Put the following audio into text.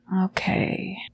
Okay